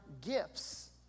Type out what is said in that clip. gifts